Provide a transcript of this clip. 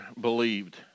believed